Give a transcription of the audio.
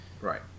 right